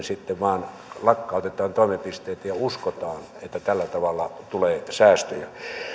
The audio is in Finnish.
sitten vain lakkautetaan toimipisteitä ja uskotaan että tällä tavalla tulee säästöjä